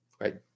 right